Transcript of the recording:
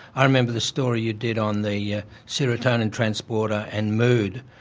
i remember the story you did on the yeah serotonin transporter and mood,